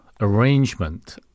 arrangement